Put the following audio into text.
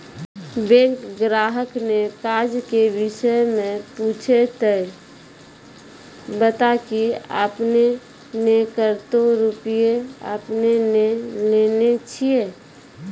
Bank ग्राहक ने काज के विषय मे पुछे ते बता की आपने ने कतो रुपिया आपने ने लेने छिए?